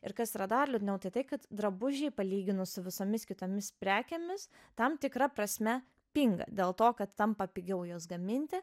ir kas yra dar liūdniau tai tai kad drabužiai palyginus su visomis kitomis prekėmis tam tikra prasme pinga dėl to kad tampa pigiau juos gaminti